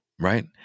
right